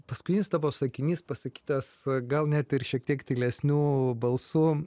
paskutinis tavo sakinys pasakytas gal net ir šiek tiek tylesniu balsu